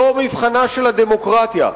זהו מבחנה של הדמוקרטיה.